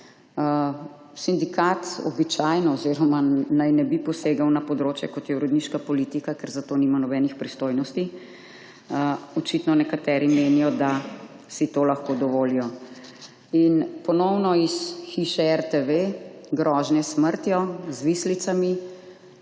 Sindikat običajno oziroma naj ne bi posegel na področje, kot je uredniška politika, ker za to nima nobenih pristojnosti. Očitno nekateri menijo, da si to lahko dovolijo. In ponovno iz hiše RTV grožnje s smrtjo, z vislicami,